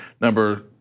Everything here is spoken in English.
number